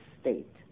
state